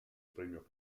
premio